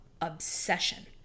obsession